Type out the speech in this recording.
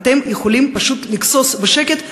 אתם יכולים פשוט לגסוס בשקט,